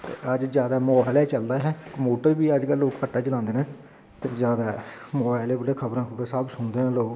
अज्ज जादै मोबाईल गै चलदा हा कम्प्यूटर बी अज्जकल लोग घट्ट गै चलांदे न ते जादै मोबाईल उप्पर खबरां गै सुनदे न लोग